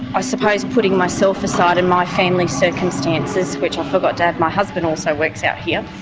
i suppose, putting myself aside and my family's circumstances, which i forgot to add my husband also works out here,